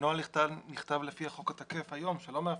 הנוהל נכתב לפי החוק התקף היום, שלא לאפשר.